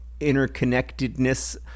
interconnectedness